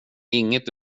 inget